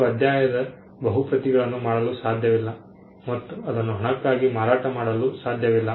ನೀವು ಅಧ್ಯಾಯದ ಬಹು ಪ್ರತಿಗಳನ್ನು ಮಾಡಲು ಸಾಧ್ಯವಿಲ್ಲ ಮತ್ತು ಅದನ್ನು ಹಣಕ್ಕಾಗಿ ಮಾರಾಟ ಮಾಡಲು ಸಾಧ್ಯವಿಲ್ಲ